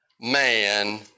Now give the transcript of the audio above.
man